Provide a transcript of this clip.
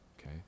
Okay